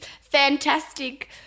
fantastic